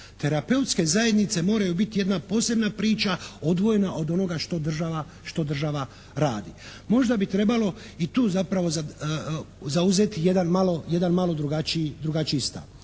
Terapeutske zajednice moraju biti jedna posebna priča odvojena od onoga što država radi. Možda bi trebalo i tu zapravo zauzeti jedan malo drugačiji stav.